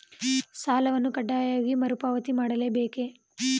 ಸಾಲವನ್ನು ಕಡ್ಡಾಯವಾಗಿ ಮರುಪಾವತಿ ಮಾಡಲೇ ಬೇಕೇ?